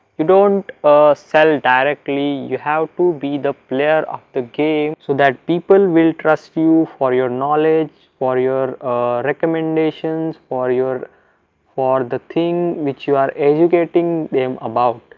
you don't sell directly you have to be the player of the game so that people will trust you for your knowledge, for your recommendations, for your for the thing which you are educating them about